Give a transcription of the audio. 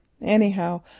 Anyhow